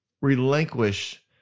relinquish